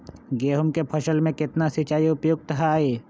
गेंहू के फसल में केतना सिंचाई उपयुक्त हाइ?